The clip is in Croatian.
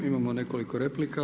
Imamo nekoliko replika.